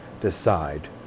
decide